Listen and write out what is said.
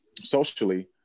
socially